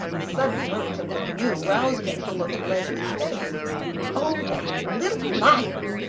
a sudden lurch of the canoe roused him to look at leslie's face oh, that little liar!